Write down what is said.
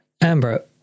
Amber